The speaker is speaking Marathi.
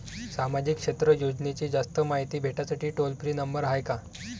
सामाजिक क्षेत्र योजनेची जास्त मायती भेटासाठी टोल फ्री नंबर हाय का?